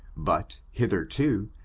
but, hitherto,